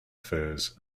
affairs